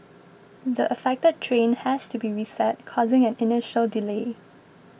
the affected train has to be reset causing an initial delay